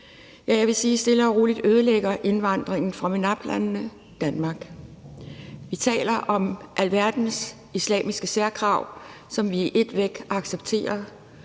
jeg vil sige, at stille og roligt ødelægger indvandringen fra MENAPT-landene Danmark. Vi taler om alverdens islamiske særkrav, som vi i et væk accepterer.